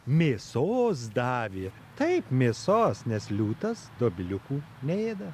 mėsos davė taip mėsos nes liūtas dobiliukų neėda